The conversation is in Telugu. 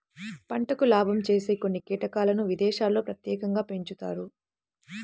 పంటకు లాభం చేసే కొన్ని కీటకాలను విదేశాల్లో ప్రత్యేకంగా పెంచుతారు